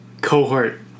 Cohort